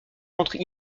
entre